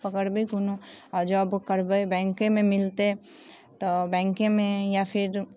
पकड़बै कोनो जोब करबै बैंकेमे मिलतै तऽ बैंकेमे या फिर